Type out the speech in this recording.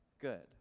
good